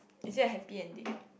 is it a happy ending